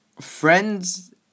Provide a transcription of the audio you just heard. Friends